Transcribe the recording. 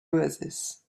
oasis